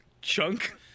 chunk